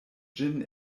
ĝin